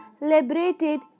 liberated